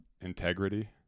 integrity